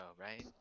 right